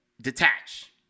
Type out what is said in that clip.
detach